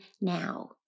now